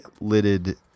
lidded